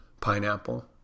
pineapple